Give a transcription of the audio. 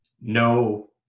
No